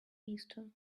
easter